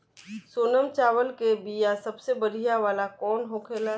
सोनम चावल के बीया सबसे बढ़िया वाला कौन होखेला?